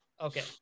Okay